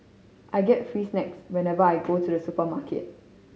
I get free snacks whenever I go to the supermarket